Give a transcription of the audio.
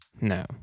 no